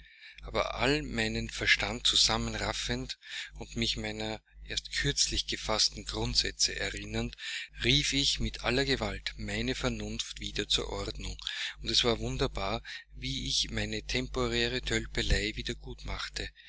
aber all meinen verstand zusammenraffend und mich meiner erst kürzlich gefaßten grundsätze erinnernd rief ich mit aller gewalt meine vernunft wieder zur ordnung und es war wunderbar wie ich meine temporäre tölpelei wieder gut machte